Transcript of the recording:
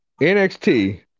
NXT